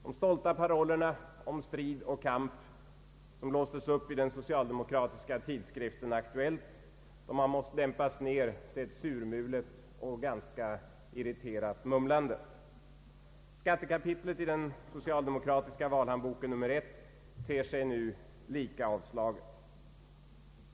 De stolta parollerna om strid och kamp som blåstes upp i den socialdemokratiska tidskriften Aktuellt har måst dämpas ned till ett surmulet och ganska irriterat mumlande. tiska valhandboken nr 1 ter sig nu lika avslaget.